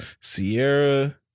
Sierra